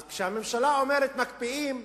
אז כשהממשלה אומרת "מקפיאים",